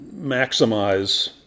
maximize